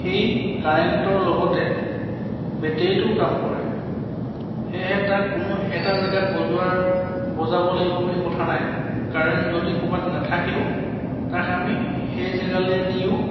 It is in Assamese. সেই কাৰেণ্টৰ লগতে বেটেৰীটো কাম কৰে সেয়েহে তাক কোনো এটা জেগাত বজোৱাৰ বজাব লাগিব বুলি ক'থা নাই কাৰেণ্ট যদি নাথাকেও তাক আমি হেই জেগালৈ নিও